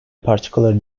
particular